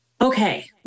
okay